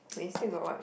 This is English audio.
we still got what